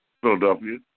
Philadelphia